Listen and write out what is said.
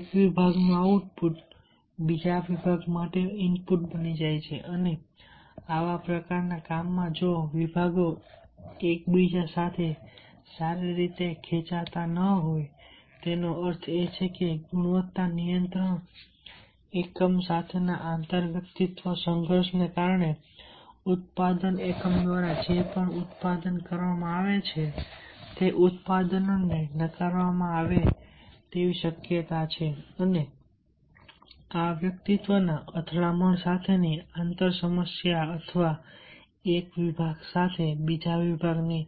એક વિભાગનું આઉટપુટ બીજા વિભાગ માટે ઇનપુટ બની જાય છે અને આવા પ્રકારના કામમાં જો વિભાગો એકબીજા સાથે સારી રીતે ખેંચાતા ન હોય તેનો અર્થ એ કે ગુણવત્તા નિયંત્રણ એકમ સાથેના આંતરવ્યક્તિત્વ સંઘર્ષને કારણે ઉત્પાદન એકમ દ્વારા જે પણ ઉત્પાદન કરવામાં આવે છે તે ઉત્પાદનોને નકારવામાં આવે તેવી શક્યતા છે અને આ વ્યક્તિત્વના અથડામણ સાથેની આંતર સમસ્યા અથવા એક વિભાગ સાથે બીજા વિભાગની